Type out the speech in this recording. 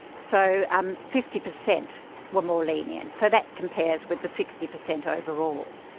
so um fifty percent were more lenient. so that compares with the sixty percent overall.